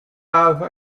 have